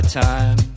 time